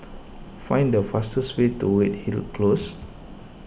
find the fastest way to Redhill Close